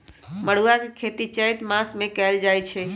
मरुआ के खेती चैत मासमे कएल जाए छै